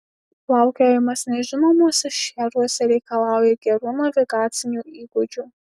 plaukiojimas nežinomuose šcheruose reikalauja gerų navigacinių įgūdžių